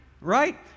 Right